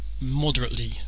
moderately